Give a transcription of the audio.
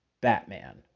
Batman